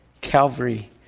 Calvary